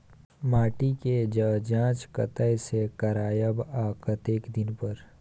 माटी के ज जॉंच कतय से करायब आ कतेक दिन पर?